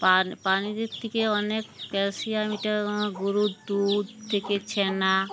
পানিদের থেকে অনেক ক্যালসিয়ামিটা গরুর দুধ থেকে ছেনা